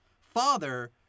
father